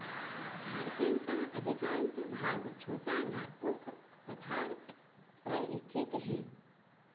झारखंड का अधिकांश भाग छोटा नागपुर क पठार पर स्थित हैं